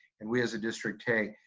and we as a district take.